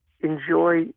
enjoy